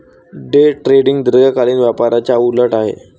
day trading दीर्घकालीन व्यापाराच्या उलट आहे